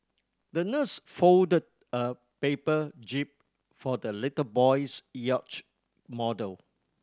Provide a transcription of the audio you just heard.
the nurse folded a paper jib for the little boy's yacht model